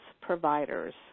providers